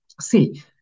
see